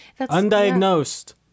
Undiagnosed